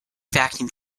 vacuum